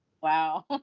Wow